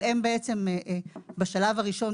אבל הם בעצם בשלב הראשון,